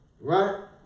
right